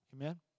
Amen